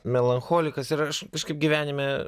melancholikas ir aš kažkaip gyvenime